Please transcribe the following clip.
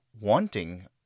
wanting